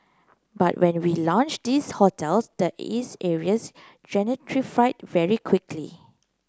but when we launched these hotels the these areas gentrified very quickly